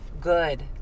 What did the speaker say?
good